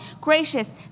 gracious